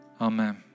Amen